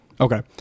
Okay